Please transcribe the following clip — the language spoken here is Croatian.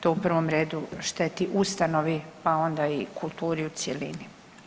To u prvom redu šteti ustanovi pa onda i kulturi u cjelini.